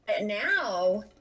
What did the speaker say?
now